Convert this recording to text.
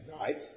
Right